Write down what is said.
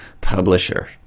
publisher